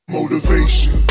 Motivation